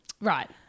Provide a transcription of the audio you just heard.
right